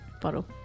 bottle